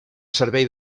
servei